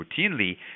routinely